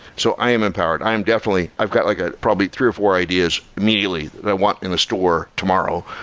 so i am empowered. i'm definitely i've got like ah probably three or four ideas immediately that i want in the store tomorrow,